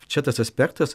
čia tas aspektas